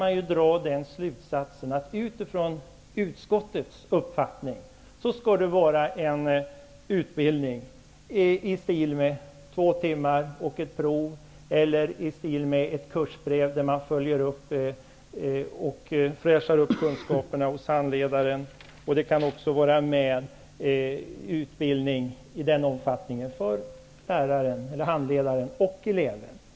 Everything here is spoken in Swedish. Man kan då dra slutsatsen att utbildningen utifrån utskottets uppfattning ungefärligen skall vara på två timmar med ett prov eller i form av ett kursbrev som följs upp med att kunskaperna fräschas upp hos en handledare. Utbildningen kan också omfatta lärare och elev.